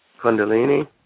Kundalini